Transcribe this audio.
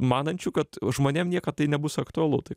manančių kad žmonėm niekad tai nebus aktualu tai